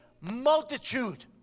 multitude